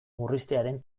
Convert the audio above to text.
murriztearen